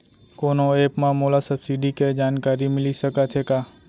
कोनो एप मा मोला सब्सिडी के जानकारी मिलिस सकत हे का?